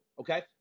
okay